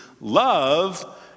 love